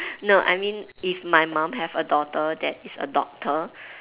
no I mean if my mum have a daughter that is a doctor